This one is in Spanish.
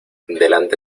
delante